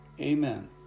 Amen